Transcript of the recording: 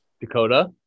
Dakota